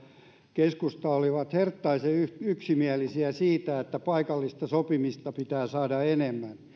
keskusta olivat herttaisen yksimielisiä siitä että paikallista sopimista pitää saada enemmän